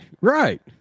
right